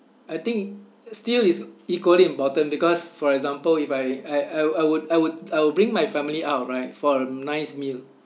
I think still it's equally important because for example if I I I would I would I will bring my family out right for a nice meal